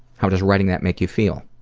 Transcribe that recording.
how does writing that make you feel?